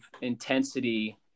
intensity